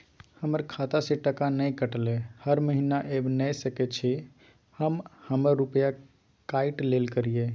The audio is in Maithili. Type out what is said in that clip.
हमर खाता से टका नय कटलै हर महीना ऐब नय सकै छी हम हमर रुपिया काइट लेल करियौ?